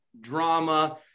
drama